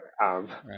right